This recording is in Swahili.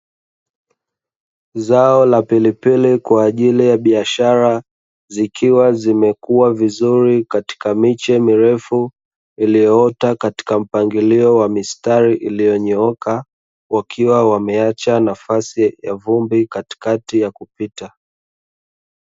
Zao la pilipili kwa ajili ya biashara zikiwa zimekuwa vizuri katika miche mirefu iliyoota katika mpangilio wa mistari iliyonyooka wakiwa wameacha nafasi ya vumbi katikati ya kupita.